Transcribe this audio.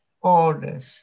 orders